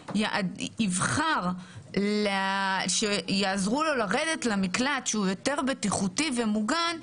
יבחר שיעזרו לו לרדת למקלט שהוא יותר בטיחותי ומוגן,